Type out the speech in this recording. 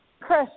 Chris